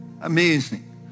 amazing